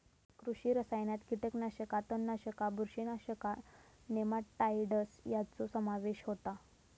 कृषी रसायनात कीटकनाशका, तणनाशका, बुरशीनाशका, नेमाटाइड्स ह्यांचो समावेश होता